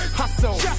hustle